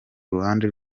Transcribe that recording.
uruhande